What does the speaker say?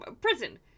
prison